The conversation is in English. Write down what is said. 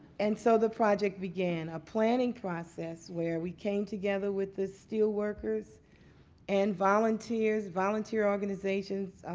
and so the project began, a planning process where we came together with the steel workers and volunteers, volunteer organizations,